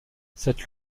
cette